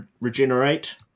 regenerate